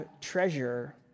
treasure